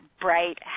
bright